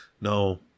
No